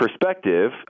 perspective